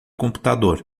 computador